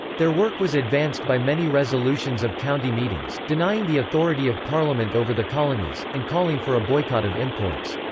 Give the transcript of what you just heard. their work was advanced by many resolutions of county meetings, denying the authority of parliament over the colonies, and calling for a boycott of imports.